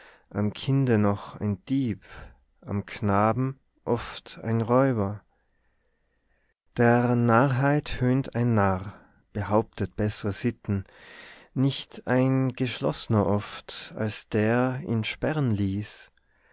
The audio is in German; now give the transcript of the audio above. am kinde noch ein dieb am knaben oft ein räuber der narrheit höhnt ein narr behauptet bessre sitten nicht ein geschlossner oft als der ihn sperren leiß